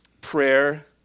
prayer